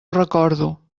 recordo